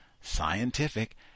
scientific